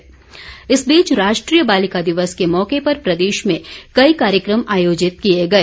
बालिका दिवस इस बीच राष्ट्रीय बालिका दिवस के मौके पर प्रदेश में कई कार्यक्रम आयोजित किए गए